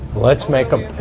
let's make em